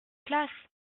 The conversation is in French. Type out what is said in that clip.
places